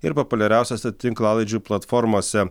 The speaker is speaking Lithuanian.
ir populiariausiose tinklalaidžių platformose